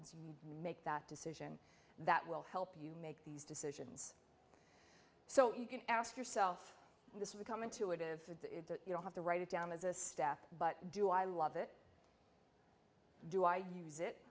and make that decision that will help you make these decisions so you can ask yourself this would come intuitive you don't have to write it down as a staff but do i love it do i use it